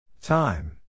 Time